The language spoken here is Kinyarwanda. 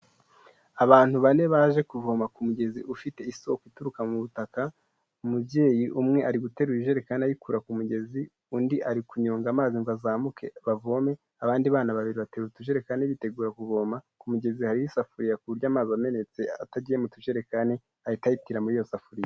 Abantu bane baje kuvoma ku mugezi ufite isoko ituruka mu butaka, umubyeyi umwe ari guterura ijerekani ayikura ku mugezi, undi ari kunyonga amazi ngo azamuke bavome, abandi bana babiri bateruye utujerekani bitegura kuvoma, ku mugezi hari isafuriya ku buryo amazi amenetse atagiye mu tujerekani ahita ahitira muri iyo safuriya.